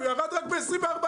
הוא ירד רק ב-24%,